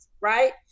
right